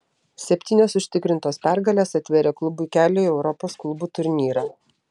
septynios užtikrintos pergalės atvėrė klubui kelią į europos klubų turnyrą